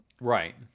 Right